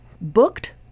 booked